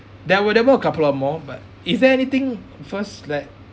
there were there were a couple of more but is there anything first that